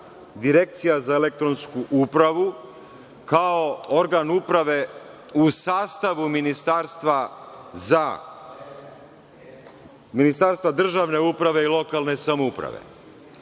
Direkcija za elektronsku upravu kao organ uprave u sastavu Ministarstva državne uprave i lokalne samouprave.